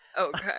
Okay